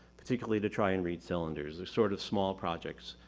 particularly to try and read cylinders. they're sort of small projects.